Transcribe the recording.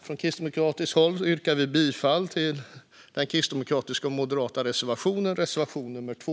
Från kristdemokratiskt håll yrkar vi bifall till den kristdemokratiska och moderata reservationen, reservation nr 2.